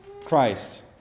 Christ